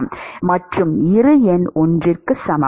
மற்றும் இரு எண் 1 க்கு சமம்